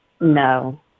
No